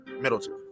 Middleton